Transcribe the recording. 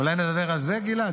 אולי נדבר על זה, גלעד?